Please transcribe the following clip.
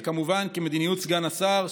וכמובן ממדיניות סגן השר,